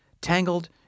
Tangled